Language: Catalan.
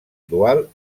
dual